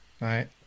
right